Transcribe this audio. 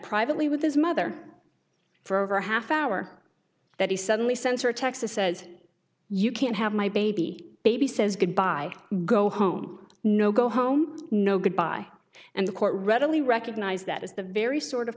privately with his mother for over a half hour that he suddenly sensor texas says you can't have my baby baby says goodbye go home no go home no goodbye and the court readily recognize that is the very sort of